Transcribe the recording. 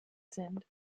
sind